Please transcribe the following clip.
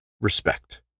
Respect